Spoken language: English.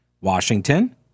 Washington